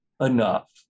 enough